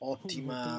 Ottima